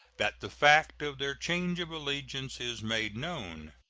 that the fact of their change of allegiance is made known.